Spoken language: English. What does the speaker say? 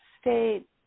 state